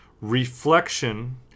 reflection